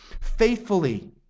faithfully